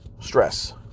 stress